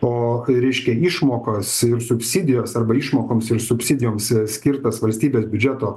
o reiškia išmokos ir subsidijos arba išmokoms ir subsidijoms skirtas valstybės biudžeto